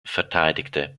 verteidigte